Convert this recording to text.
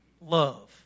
Love